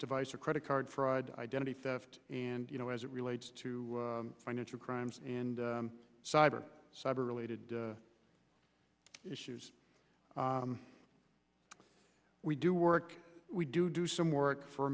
device or credit card fraud identity theft and you know as it relates to financial crimes and cyber cyber related issues we do work we do do some work for